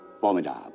formidable